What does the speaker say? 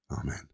Amen